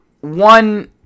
one